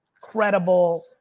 credible